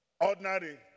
Ordinary